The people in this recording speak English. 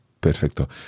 Perfecto